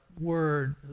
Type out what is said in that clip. word